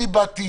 אני באתי